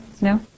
No